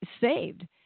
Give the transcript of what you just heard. saved